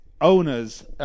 owners